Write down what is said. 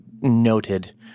noted